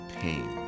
pain